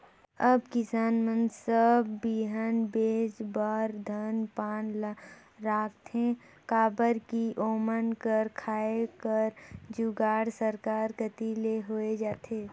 अब किसान मन बस बीहन भोज बर धान पान ल राखथे काबर कि ओमन कर खाए कर जुगाड़ सरकार कती ले होए जाथे